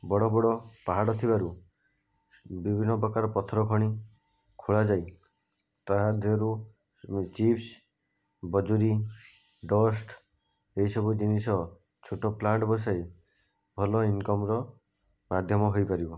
ବଡ଼ ବଡ଼ ପାହାଡ଼ ଥିବାରୁ ବିଭିନ୍ନ ପ୍ରକାର ପଥର ଖଣି ଖୋଳାଯାଇ ତାହା ଦେହରୁ ଚିପ୍ସ ବଜୁରି ଡଷ୍ଟ୍ ଏଇସବୁ ଜିନିଷ ଛୋଟ ପ୍ଳାଣ୍ଟ ବସାଇ ଭଲ ଇନ୍କମ୍ର ମାଧ୍ୟମ ହୋଇପାରିବ